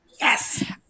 Yes